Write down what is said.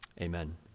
amen